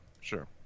sure